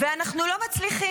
ואנחנו לא מצליחים,